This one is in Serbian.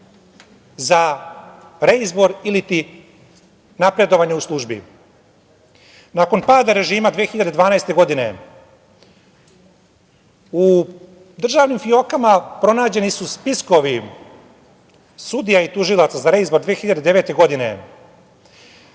za reizbor iliti napredovanje u službi. Nakon pada režima 2012. godine u državnim fiokama pronađeni su spiskovi sudija i tužilaca za reizbor 2009. godine